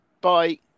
Bye